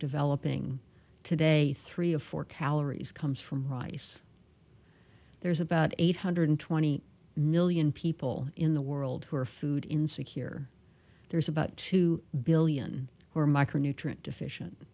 developing today three of four calories comes from reiss there's about eight hundred twenty million people in the world who are food insecure there's about two billion who are micronutrient deficient